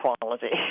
quality